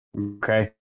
Okay